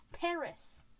Paris